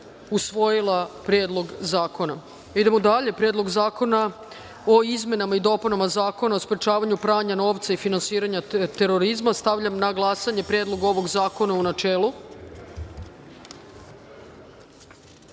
usvojila Predlog zakona. Idemo dalje – Predlog zakona o izmenama i dopunama Zakona o sprečavanju pranja novca i finansiranja terorizma. Stavljam na glasanje Predlog ovog zakona, u